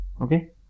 Okay